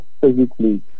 physically